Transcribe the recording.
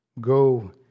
Go